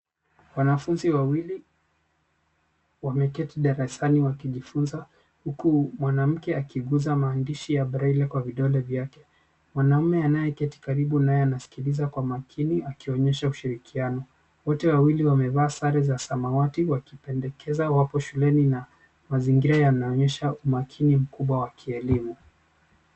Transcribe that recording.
Wanafunzi wawili wameketi darasani wakijifunza huku mwanamke akiguza maandishi ya braille kwa vidole vyake. Mwanaume anayeketi karibu na yeye anasikiliza kwa makini akionyesha ushirikiano. Wote wawili wamevaa sare za samawati wakipendekeza. Wapo shuleni na mazingira yanaonyesha umakini mkubwa wa kielimu.